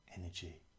energy